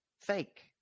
Fake